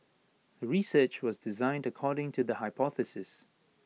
the research was designed according to the hypothesis